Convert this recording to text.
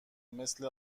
مثل